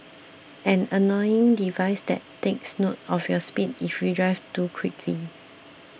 an annoying device that takes note of your speed if you drive too quickly